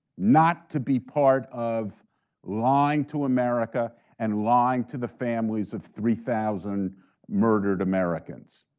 not to be part of lying to america and lying to the families of three thousand murdered americans.